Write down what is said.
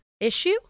issue